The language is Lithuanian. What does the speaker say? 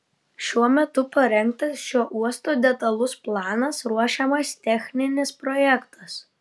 šiuo metu parengtas šio uosto detalus planas ruošiamas techninis projektas